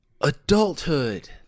adulthood